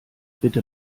bitte